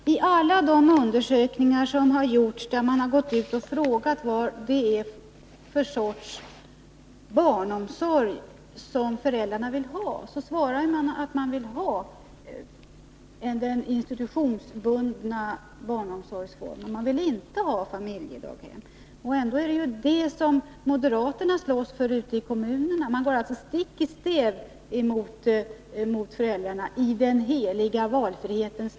Herr talman! I alla undersökningar som har gjorts och där man har gått ut och frågat vad det är för sorts barnomsorg föräldrarna vill ha, svarar man att man vill ha den institutionsbundna barnomsorgsformen. Man vill inte ha familjedaghem. Ändå slåss moderaterna för sådana ute i kommunerna. Man går i den heliga valfrihetens namn stick i stäv mot föräldrarnas önskemål.